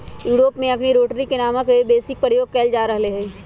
Europe में अखनि rotary रे नामके हे रेक बेशी प्रयोग कएल जा रहल हइ